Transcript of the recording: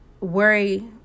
worry